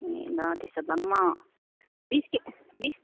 ए ल त्यसो भए म बिस कि बिस